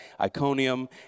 Iconium